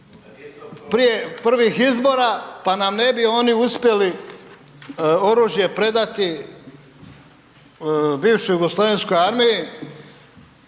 prije prvih izbora, pa nam ne bi oni uspjeli oružje predati bivšoj JNA koje su znači